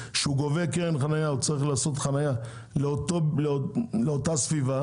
שהוא גובה קרן חנייה לאותה סביבה,